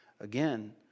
Again